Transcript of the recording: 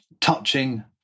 touching